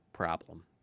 problem